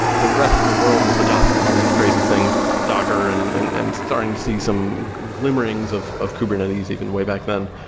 the rest of the world was adopting all these crazy things, docker, and and and starting to see some glimmerings of of kubernetes even way back then.